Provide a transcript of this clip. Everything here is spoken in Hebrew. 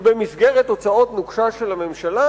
שבמסגרת הוצאות נוקשה של הממשלה,